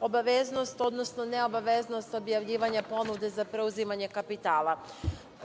obaveznost, odnosno neobaveznost objavljivanja ponude za preuzimanje kapitala.